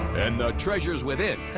and the treasures within.